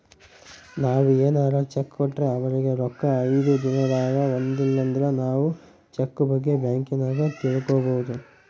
ನಾವು ಏನಾರ ಚೆಕ್ ಕೊಟ್ರೆ ಅವರಿಗೆ ರೊಕ್ಕ ಐದು ದಿನದಾಗ ಬಂದಿಲಂದ್ರ ನಾವು ಚೆಕ್ ಬಗ್ಗೆ ಬ್ಯಾಂಕಿನಾಗ ತಿಳಿದುಕೊಬೊದು